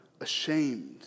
ashamed